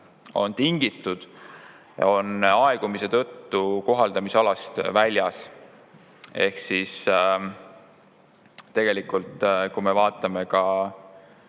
on tingitud, on aegumise tõttu kohaldamisalast väljas. Ehk siis tegelikult me räägime